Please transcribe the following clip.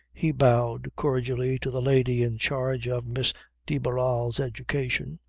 he bowed cordially to the lady in charge of miss de barral's education,